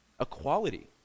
equality